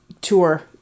tour